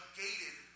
gated